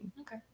Okay